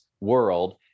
world